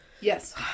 Yes